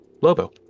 Lobo